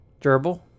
Gerbil